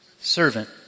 servant